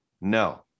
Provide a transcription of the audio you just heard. No